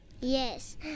yes